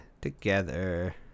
together